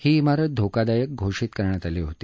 ही इमारत धोकादायक घोषित करण्यात आली होती